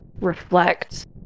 reflect